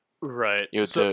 right